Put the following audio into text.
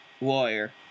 lawyer